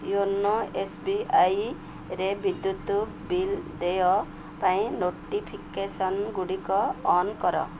YONO ଏସ୍ବିଆଇରେ ବିଦ୍ୟୁତ୍ bill ଦେୟ ପାଇଁ ନୋଟିଫିକେସନ୍ ଗୁଡ଼ିକୁ ଅନ୍ କର